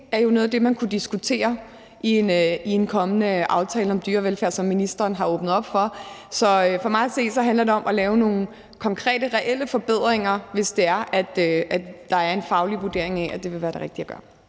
ting er jo noget af det, man kunne diskutere i en kommende aftale om dyrevelfærd, som ministeren har åbnet op for. Så for mig at se handler det om at lave nogle konkrete, reelle forbedringer, hvis det er, at der er en faglig vurdering af, at det vil være det rigtige at gøre.